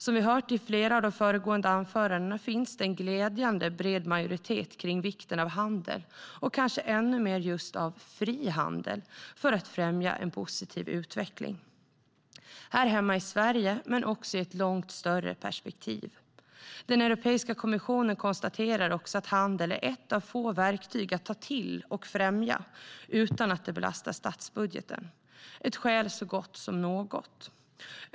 Som vi har hört i flera av de föregående anförandena finns det en glädjande bred majoritet kring vikten av handel och kanske ännu mer just av fri handel för att främja en positiv utveckling här hemma i Sverige, men också i ett långt större perspektiv. Europeiska kommissionen konstaterar också att handel är ett av få verktyg att ta till och främja utan att det belastar statsbudgeten - ett skäl så gott som något.